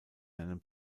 einem